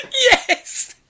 Yes